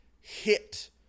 hit